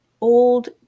old